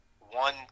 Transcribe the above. one